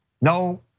no